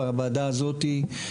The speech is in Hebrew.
הזה,